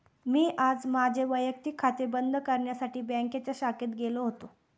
मी आज माझे वैयक्तिक खाते बंद करण्यासाठी बँकेच्या शाखेत गेलो होतो